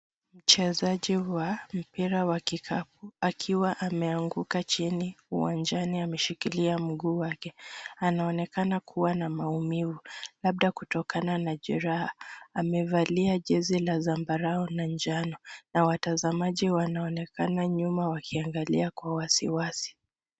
Mchezaji wa mpira wa kikapu, akiwa ameanguka chini uwanjani ameshikilia mguu wake. Anaonekana kuwa na maumivu, labda kutokana na jeraha, amevalia jezi la zambarau na njano, na watazamaji wanaonekana nyuma wakiangalia kwa uwasiwasi.